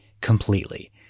completely